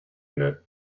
unit